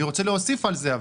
אבל אני רוצה להוסיף על זה.